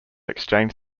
exchange